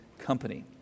company